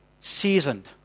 Seasoned